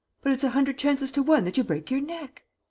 but it's a hundred chances to one that you break your neck.